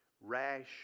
rash